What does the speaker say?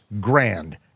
grand